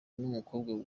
n’umukobwa